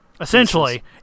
Essentially